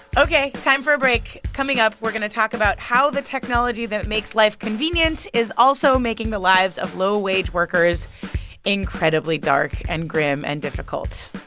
ok. time for a break. coming up, we're going to talk about how the technology that makes life convenient is also making the lives of low-wage workers incredibly dark and grim and difficult.